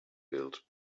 built